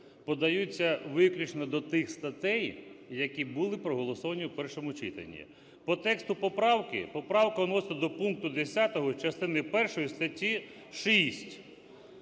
подаються виключно до тих статей, які були проголосовані в першому читанні. По тексту поправки, поправка внесена до пункту 10 частини першої статті 6.